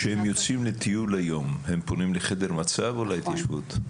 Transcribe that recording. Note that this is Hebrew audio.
כשהם יוצאים לטיול הם פונים לחדר מצב או להתיישבות?